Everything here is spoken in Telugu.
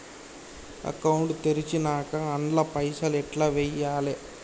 అకౌంట్ తెరిచినాక అండ్ల పైసల్ ఎట్ల వేయాలే?